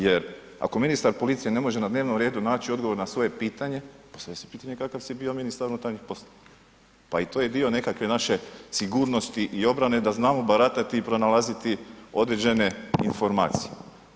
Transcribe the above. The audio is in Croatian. Jer ako ministar policije ne može na dnevnom redu naći odgovor na svoje pitanje postavlja se pitanje kakav si bio ministar unutarnjih poslova pa i to je dio nekakve naše sigurnosti i obrane da znamo baratati i pronalaziti određene informacije.